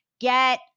get